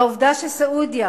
העובדה שסעודיה,